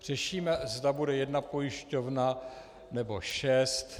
Řešíme, zda bude jedna pojišťovna, nebo šest.